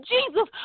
Jesus